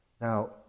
Now